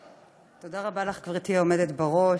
תודה רבה לך, גברתי היושבת בראש.